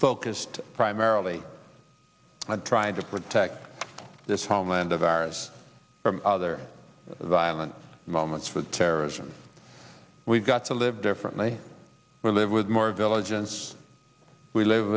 focused primarily on trying to protect this homeland of ours from other violent moments for terrorism we've got to live differently we're live with more villages we live